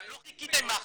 לא חיכיתם עם ההחלטה,